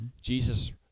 Jesus